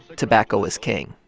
tobacco is king.